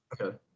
Okay